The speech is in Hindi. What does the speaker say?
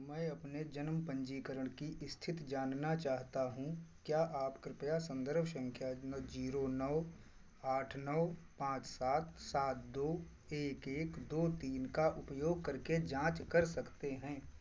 मैं अपने जन्म पंजीकरण की स्थित जानना चाहता हूँ क्या आप कृपया संदर्भ संख्या नौ जीरो नौ आठ नौ पाँच सात सात दो एक एक दो तीन का उपयोग करके जांच कर सकते हैं